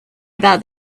about